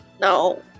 No